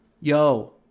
Yo